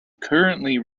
currently